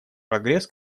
прогресс